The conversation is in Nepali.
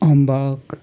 अम्बक